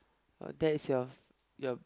but that is your your